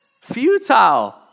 futile